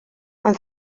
ond